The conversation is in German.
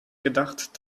gedacht